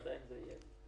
עדיין זה יהיה.